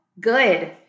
good